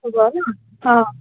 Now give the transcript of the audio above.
অঁ